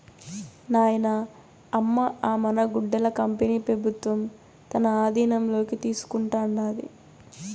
నాయనా, అమ్మ అ మన గుడ్డల కంపెనీ పెబుత్వం తన ఆధీనంలోకి తీసుకుంటాండాది